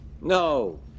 No